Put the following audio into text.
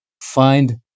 find